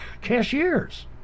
cashiers